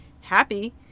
happy